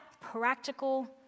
practical